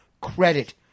credit